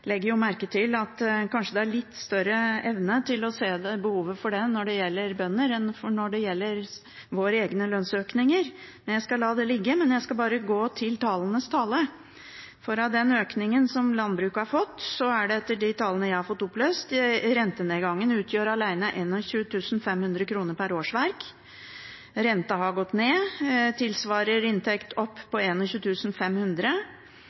legger jo merke til at kanskje det er litt større evne til å se behovet for det når det gjelder bønder, enn når det gjelder våre egne lønnsøkninger, men jeg skal la det ligge. Jeg skal gå til tallenes tale, for av den økningen som landbruket har fått, utgjør, etter de tallene jeg har fått opplyst, rentenedgangen alene 21 500 kr per årsverk. Renta har gått ned, som tilsvarer en inntektsoppgang på 21 500